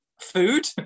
food